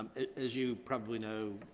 um as you probably know,